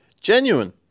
genuine